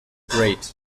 grade